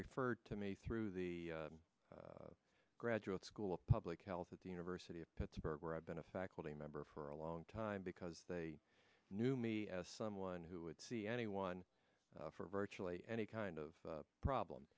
referred to me through the graduate school of public health at the university of pittsburgh where i've been a faculty member for a long time because they knew me as someone who would see anyone for virtually any kind of problem